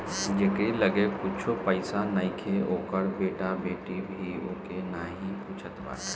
जेकरी लगे कुछु पईसा नईखे ओकर बेटा बेटी भी ओके नाही पूछत बाटे